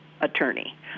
attorney